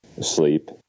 sleep